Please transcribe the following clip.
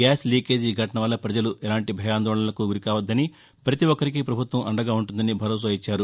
gas leakage ఘటన వల్ల పజలు ఎలాంటి భయాందోళనలకు గురికావద్దని పతి ఒక్కరికి పభుత్వం అండగా ఉంటుందని భరోసా ఇచ్చారు